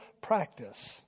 practice